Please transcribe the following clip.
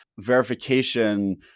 verification